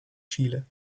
chile